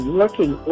looking